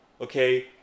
Okay